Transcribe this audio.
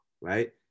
right